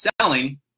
selling